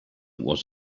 was